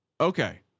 Okay